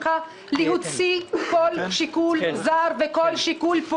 אל תזלזלו בעניין הזה שמגיעה ביקורת מכל הסקטורים.